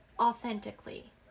authentically